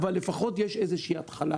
אבל לפחות יש התחלה.